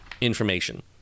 information